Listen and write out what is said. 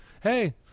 hey